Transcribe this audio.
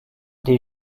des